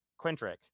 Quintric